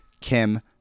Kim